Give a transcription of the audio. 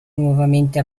nuovamente